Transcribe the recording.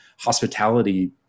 hospitality